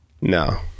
No